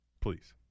Please